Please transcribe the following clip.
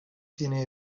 tiene